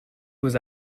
was